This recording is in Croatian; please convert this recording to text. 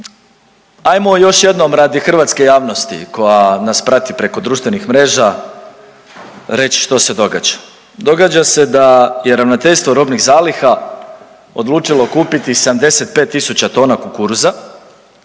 Hajmo još jednom radi hrvatske javnosti koja nas prati preko društvenih mreža reći što se događa. Događa se da je Ravnateljstvo robnih zaliha odlučilo kupiti 75000 tona kukuruza